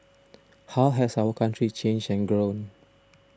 how has our country changed and grown